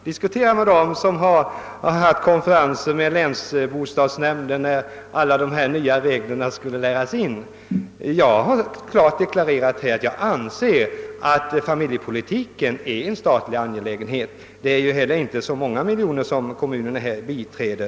Fråga t.ex. de kommunalmän som varit med om konferenser hos länsbostadsnämnderna när alla dessa nya regler skulle läras in. Jag har klart deklarerat att jag anser familjepolitiken vara en statlig angelägenhet. Kommunerna bidrar ju inte heller med så många miljoner.